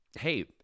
Hey